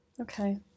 Okay